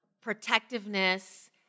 protectiveness